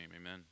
amen